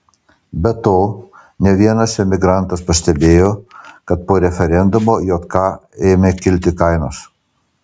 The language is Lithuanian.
be to ne vienas emigrantas pastebėjo kad po referendumo jk ėmė kilti kainos